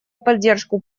поддержку